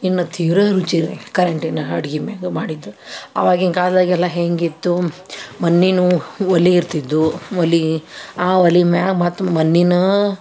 ಇನ್ನು ತೀರಾ ರುಚಿ ಕರೆಂಟಿನ ಅಡ್ಗೆ ಮೇಗ ಮಾಡಿದ್ದು ಅವಾಗಿನ ಕಾಲದಾಗೆಲ್ಲ ಹೇಗಿತ್ತು ಮಣ್ಣಿನವು ಒಲೆ ಇರ್ತಿದ್ದು ಒಲೆ ಆ ಒಲೆ ಮ್ಯಾಗ ಮತ್ತು ಮಣ್ಣಿನ